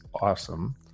awesome